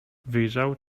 wyjrzał